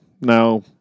now